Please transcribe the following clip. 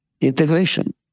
Integration